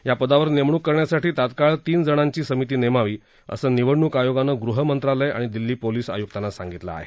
या पदावर नेमणूक करण्यासाठी तात्काळ तीन जणांची समिती नेमावी असं निवडणूक आयोगाने गृहमंत्रालय आणि दिल्ली पोलीस आयुक्तांना सांगितलं आहे